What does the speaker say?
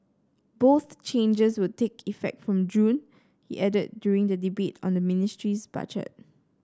both changes will take effect from June he added during the debate on the ministry's budget